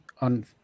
on